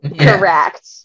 correct